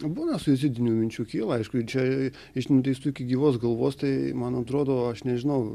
būna suicidinių minčių kyla aišku čia iš nuteistųjų iki gyvos galvos tai man atrodo aš nežinau